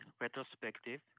retrospective